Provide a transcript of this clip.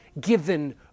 given